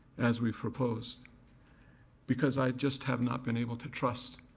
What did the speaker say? as we've proposed because i just have not been able to trust